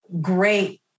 great